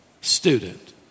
student